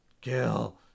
kill